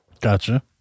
Gotcha